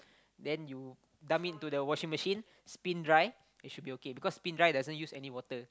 then you dump into the washing machine spin dry it should be okay because spin dry doesn't use any water